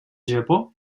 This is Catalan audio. japó